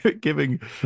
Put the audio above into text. giving